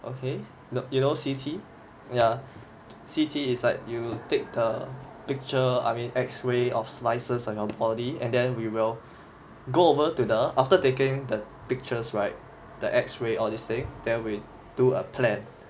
okay you know C_T ya C_T is like you take the picture I mean x-ray of slices of your body and then we will go over to the after taking the pictures right the X ray all these thing then we do a plan